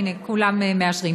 הנה, כולם מאשרים.